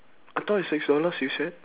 I thought it's six dollars you said